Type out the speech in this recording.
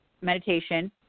Meditation